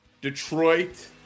Detroit